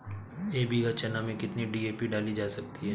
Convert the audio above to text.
एक बीघा चना में कितनी डी.ए.पी डाली जा सकती है?